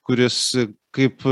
kuris kaip